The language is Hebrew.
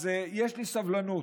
אז יש לי סבלנות.